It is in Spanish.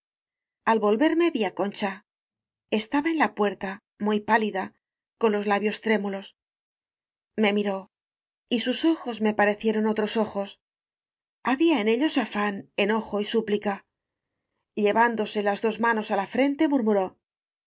volverme vi á concha estaba en la puerta muy pálida con los labios trému los me miró y sus ojos me parecieron otros ojos había en ellos afán enojo y súplica llevándose las dos manos á la frente mur